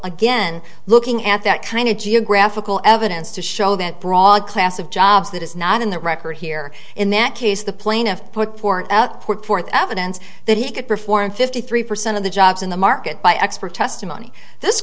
again looking at that kind of geographical evidence to show that broad class of jobs that is not in the record here in that case the plaintiff put out put forth evidence that he could perform fifty three percent of the jobs in the market by expert testimony this